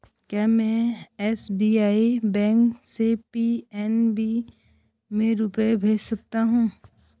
क्या में SBI bank से पी.एन.बी में रुपये भेज सकती हूँ?